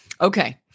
Okay